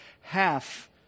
half